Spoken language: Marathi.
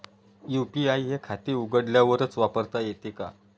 यू.पी.आय हे खाते उघडल्यावरच वापरता येते का?